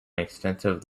extensive